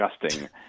disgusting